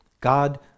God